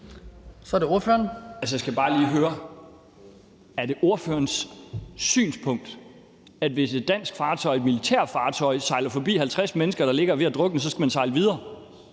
Pedersen (V): Altså, jeg skal bare lige høre: Er det ordførerens synspunkt, at hvis et dansk militærfartøj sejler forbi 50 mennesker, der ligger og er ved at drukne, så skal det sejle videre?